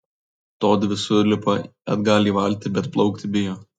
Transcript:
todvi sulipa atgal į valtį bet plaukti bijo